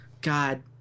God